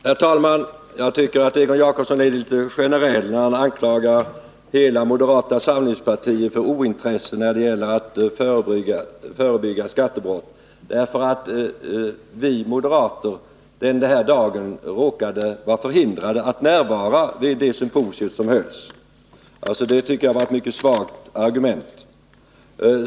Herr talman! Jag tycker att Egon Jacobsson är litet generell när han anklagar hela moderata samlingspartiet för ointresse när det gäller att förebygga skattebrott därför att vi moderater den här dagen råkade vara förhindrade att närvara vid det symposium som hölls. Det tycker jag alltså var ett mycket svagt argument.